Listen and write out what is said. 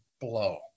blow